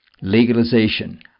legalization